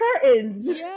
curtains